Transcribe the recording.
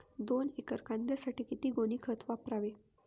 दोन एकर कांद्यासाठी किती गोणी खत वापरावे?